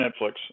Netflix